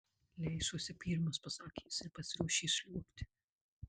leisiuosi pirmas pasakė jis ir pasiruošė sliuogti